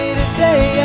today